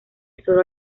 solo